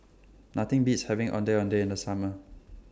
Nothing Beats having Ondeh Ondeh in The Summer